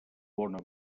bona